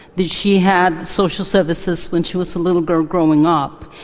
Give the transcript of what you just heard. did she have social services when she was a little girl growing up?